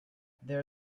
there